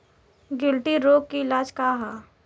गिल्टी रोग के इलाज का ह?